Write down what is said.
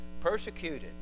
persecuted